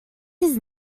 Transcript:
his